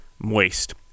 moist